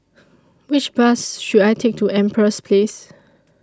Which Bus should I Take to Empress Place